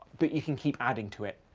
but you can keep adding to it.